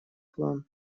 план